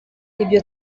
ibyo